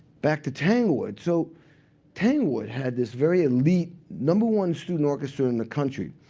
back to tanglewood so tanglewood had this very elite, number one student orchestra in the country.